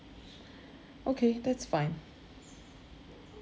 okay that's fine